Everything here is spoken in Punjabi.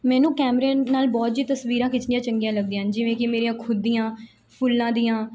ਮੈਨੂੰ ਕੈਮਰੇ ਨਾਲ ਬਹੁਤ ਜੀ ਤਸਵੀਰਾਂ ਖਿੱਚਣੀਆਂ ਚੰਗੀਆਂ ਲੱਗਦੀਆਂ ਹਨ ਜਿਵੇਂ ਕਿ ਮੇਰੀਆਂ ਖੁੱਦ ਦੀਆਂ ਫੁੱਲਾਂ ਦੀਆਂ